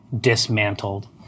dismantled